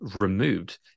removed